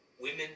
Women